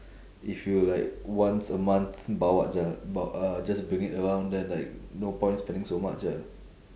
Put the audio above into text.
if you like once a month bawa jal~ ba~ uh just bring it around then like no point spending so much ah